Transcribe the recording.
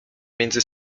między